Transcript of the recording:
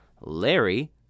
Larry